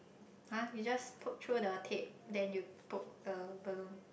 !huh! you just poke through the tape then you poke the balloon